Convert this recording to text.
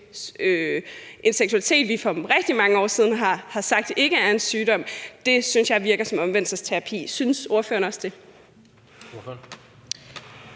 en seksualitet, vi for rigtig mange år siden har sagt ikke er en sygdom, synes jeg virker som omvendelsesterapi. Synes ordføreren også det?